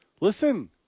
listen